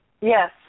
Yes